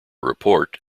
report